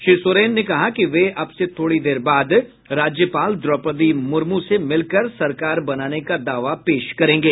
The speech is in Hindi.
श्री सोरेन ने कहा कि वे अब से थोड़ी देर बाद राज्यपाल द्रौपदी मुर्मू से मिलकर सरकार बनाने का दावा पेश करेंगे